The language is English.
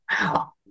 Wow